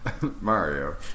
Mario